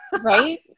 Right